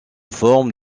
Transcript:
forme